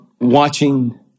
watching